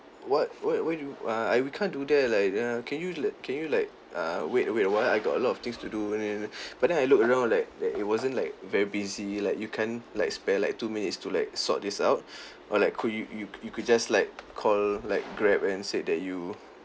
what what why do you uh I we can't do that like uh can you li~ can you like err wait wait awhile I got a lot of things to do but then I look around like like it wasn't like very busy like you can't like spare like two minutes to like sort this out or like could you you you could just like call like Grab and said that you